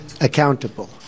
accountable